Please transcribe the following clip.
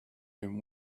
him